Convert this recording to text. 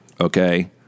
okay